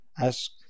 ask